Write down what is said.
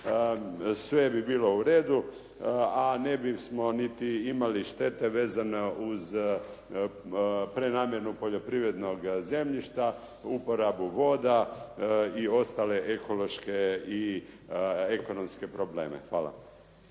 sve bi bilo uredu a ne bismo imali niti štete vezano uz prenamjenu poljoprivrednog zemljišta, uporabu voda i ostale ekološke i ekonomske probleme. Hvala.